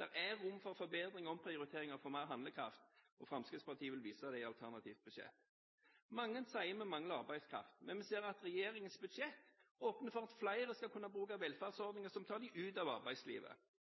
Det er rom for forbedringer og omprioriteringer for mer handlekraft, og Fremskrittspartiet vil vise det i alternativt budsjett. Mange sier at vi mangler arbeidskraft. Men vi ser at regjeringens budsjett åpner for at flere skal kunne bruke velferdsordninger som tar dem ut av arbeidslivet.